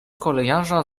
kolejarza